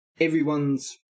everyone's